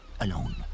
Alone